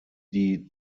die